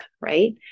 right